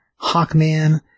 Hawkman